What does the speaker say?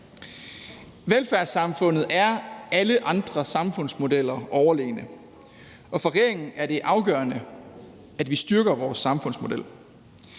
Velfærdssamfundet er alle andre samfundsmodeller overlegen, og for regeringen er det afgørende, at vi styrker vores samfundsmodel.